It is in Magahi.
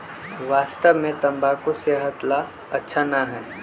वास्तव में तंबाकू सेहत ला अच्छा ना है